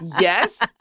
Yes